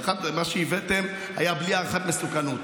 מה שהבאתם היה בלי הערכת מסוכנות.